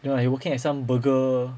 ya lah he working at some burger